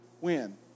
win